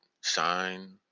shine